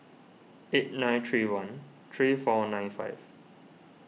eight nine three one three four nine five